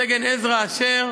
סגן עזרא אשר